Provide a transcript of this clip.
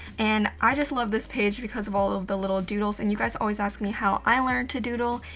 and i just love this page, because of all of the little doodles, and you guys always ask me how i learned to doodle,